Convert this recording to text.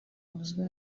bavuzwe